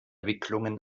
wicklungen